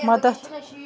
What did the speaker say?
مَدتھ